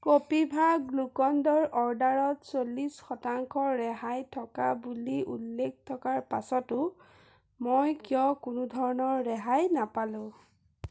কপিভা গুলকণ্ডৰ অৰ্ডাৰত চল্লিছ শতাংশ ৰেহাই থকা বুলি উল্লেখ থকাৰ পাছতো মই কিয় কোনো ধৰণৰ ৰেহাই নাপালো